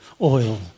oil